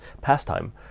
pastime